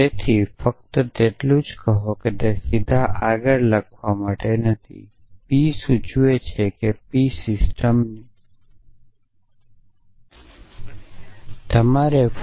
તેથી P →